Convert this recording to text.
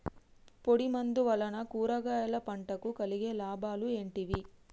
పొడిమందు వలన కూరగాయల పంటకు కలిగే లాభాలు ఏంటిది?